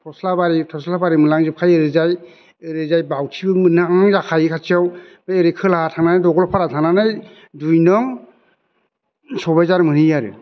फस्ला बारि थस्ला बारि मोनलां जोबखायो ओरैजाय ओरैजाय बावथिबो मोनहां जाखायो खाथियाव बे ओरै खोलाहा थांनानै दंगलपारा थांनानै दुइ नं सबायजार मोनहैयो आरो